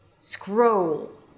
Scroll